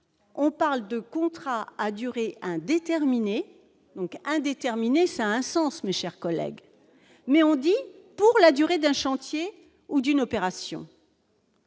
on parle de contrat à durée indéterminée donc indéterminé, ça a un sens, mais chers collègues mais on dit pour la durée de chantier ou d'une opération.